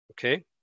Okay